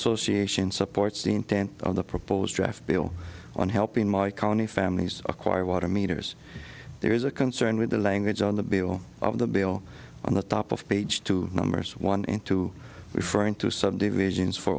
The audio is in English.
association supports the intent on the proposed draft bill on helping my county families acquire water meters there is a concern with the language on the bill of the bill on the top of page two numbers one and two referring to subdivisions for